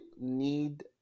need